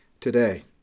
today